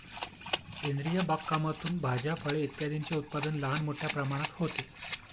सेंद्रिय बागकामातून भाज्या, फळे इत्यादींचे उत्पादन लहान मोठ्या प्रमाणात होते